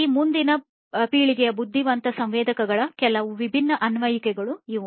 ಈ ಮುಂದಿನ ಪೀಳಿಗೆಯ ಬುದ್ಧಿವಂತ ಸಂವೇದಕಗಳ ಕೆಲವು ವಿಭಿನ್ನ ಅನ್ವಯಿಕೆಗಳು ಇವು ಆಗಿವೆ